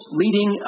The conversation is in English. leading